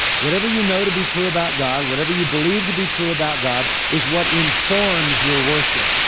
whatever you know to be true about god, whatever you believe to be true about god is what informs your worship.